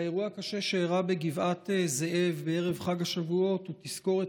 האירוע הקשה שאירע בגבעת זאב בערב חג השבועות הוא תזכורת